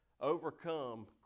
overcome